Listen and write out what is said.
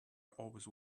always